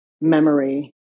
memory